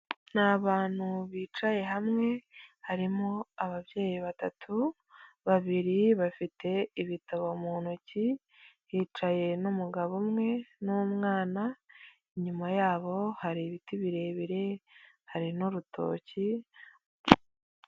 Ni abantu bicaye hamwe, harimo ababyeyi batatu, babiri bafite ibitabo mu ntoki, hicaye n'umugabo umwe n'umwana, inyuma yabo hari ibiti birebire, hari n'urutoki.